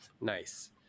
Nice